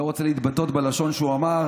אני לא רוצה להתבטא בלשון שהוא נקט,